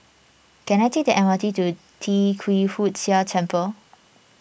can I take the M R T to Tee Kwee Hood Sia Temple